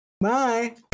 bye